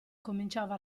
cominciava